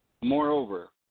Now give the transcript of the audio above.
Moreover